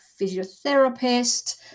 physiotherapist